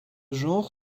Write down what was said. genre